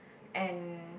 and